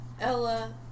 Ella